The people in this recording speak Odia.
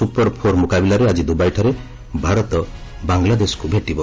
ସୁପର ଫୋର୍ ମୁକାବିଲାରେ ଆଜି ଦୁବାଇଠାରେ ଭାରତ ବାଙ୍ଗଲାଦେଶକୁ ଭେଟିବ